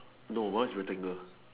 no one's rectangle